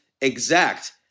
exact